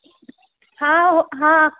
हँ हँ